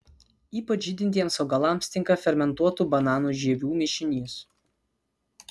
ypač žydintiems augalams tinka fermentuotų bananų žievių mišinys